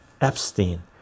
Epstein